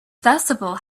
festival